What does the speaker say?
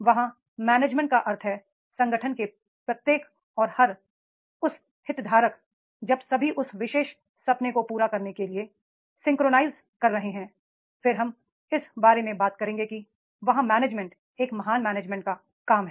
यहाँ मैनेजमेंट का अर्थ है संगठन के प्रत्येक और हर उस हितधारक जब सभी उस विशेष सपने को पूरा करने के लिए सिं क्रनाइज़ कर रहे हैं फिर हम इस बारे में बात करेंगे कि वहाँ मैनेजमेंट एक महान मैनेजमेंट का काम है